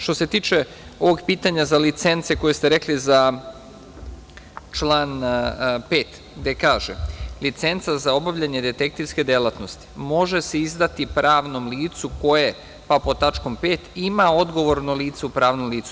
Što se tiče ovog pitanja za licence, koje ste rekli, član 5. kaže: „Licenca za obavljanje detektivske delatnosti može se izdati pravnom licu koje… tačka 5) ima odgovorno lice u pravnom licu“